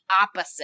opposite